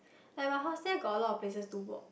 like my house there got a lot of places to walk